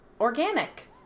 organic